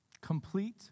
Complete